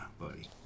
buddy